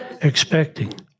expecting